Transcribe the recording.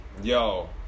Yo